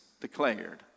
declared